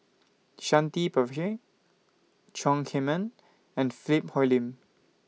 Shanti Pereira Chong Heman and Philip Hoalim